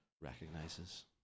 recognizes